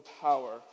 power